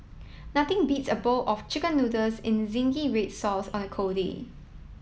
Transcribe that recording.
nothing beats a bowl of chicken noodles in zingy red sauce on a cold day